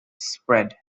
spread